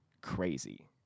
crazy